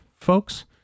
folks